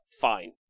Fine